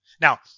Now